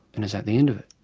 and is that the end of it?